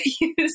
use